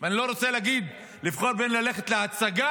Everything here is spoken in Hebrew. ואני לא רוצה להגיד לבחור בין ללכת להצגה